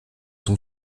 son